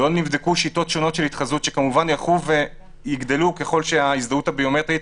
לא נבדקו שיטות של התחזות שילכו ויגדלו ככל שההזדהות הביומטרית